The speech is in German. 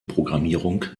programmierung